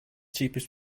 cheapest